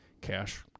cash